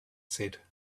said